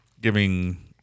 giving